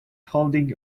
holding